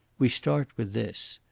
we start with this.